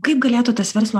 kaip galėtų tas verslo